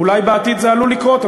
אולי בעתיד זה עלול לקרות,